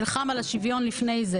אחר.